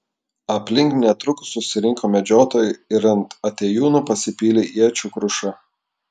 aplink netrukus susirinko medžiotojai ir ant atėjūnų pasipylė iečių kruša